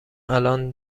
الان